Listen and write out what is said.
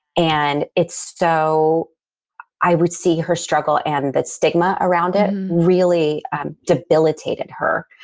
and it's, so i would see her struggle and that stigma around it really debilitated her.